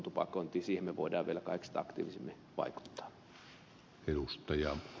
siihen me voimme vielä kaikista aktiivisimmin vaikuttaa